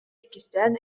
иккистээн